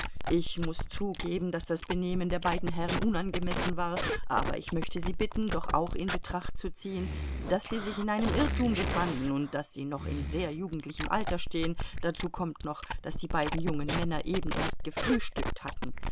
ich muß zugeben daß das benehmen der beiden herren unangemessen war aber ich möchte sie bitten doch auch in betracht zu ziehen daß sie sich in einem irrtum befanden und daß sie noch in sehr jugendlichem alter stehen dazu kommt noch daß die beiden jungen männer eben erst gefrühstückt hatten